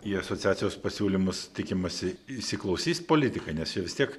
į asociacijos pasiūlymus tikimasi įsiklausys politikai nes jie vis tiek